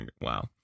Wow